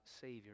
Savior